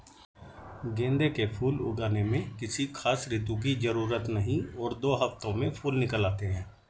गेंदे के फूल उगाने में किसी खास ऋतू की जरूरत नहीं और दो हफ्तों में फूल निकल आते हैं